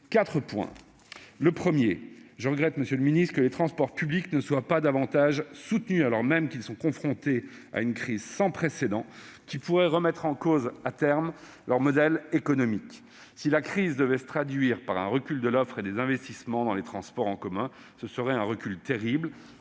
quatre remarques. Premièrement, je regrette, monsieur le ministre, que les transports publics ne soient pas davantage soutenus, alors même qu'ils sont confrontés à une crise sans précédent, qui pourrait remettre en cause, à terme, leur modèle économique. Si la crise devait se traduire par un recul de l'offre et des investissements dans les transports en commun, ce serait un recul terrible,